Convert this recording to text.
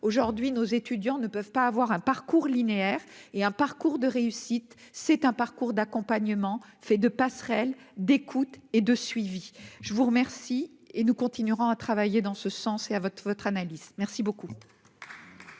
aujourd'hui nos étudiants ne peuvent pas avoir un parcours linéaire et un parcours de réussite, c'est un parcours d'accompagnement fait de passerelle d'écoute et de suivi, je vous remercie. Et nous continuerons à travailler dans ce sens et à votre votre analyse merci beaucoup.